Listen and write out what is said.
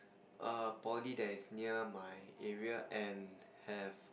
a poly that is near my area and have